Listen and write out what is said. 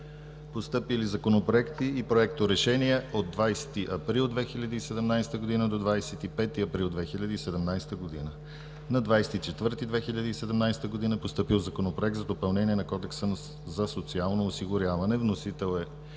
Постъпили законопроекти и проекторешения от 20 април 2017 г. до 25 април 2017 г.: На 24 април 2017 г. е постъпил Законопроект за допълнение на Кодекса за социално осигуряване. Вносител е